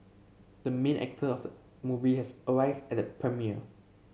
the main actor of movie has arrived at the premiere